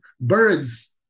birds